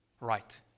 right